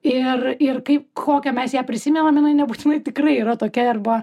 ir ir kaip kokią mes ją prisimenam jinai nebūtinai tikrai yra tokia arba